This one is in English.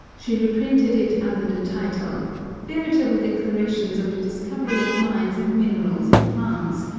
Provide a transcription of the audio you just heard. she reprinted it under the title veritable declarations of the discovery of mines and iminerals in france,